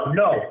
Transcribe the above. no